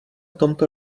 tomto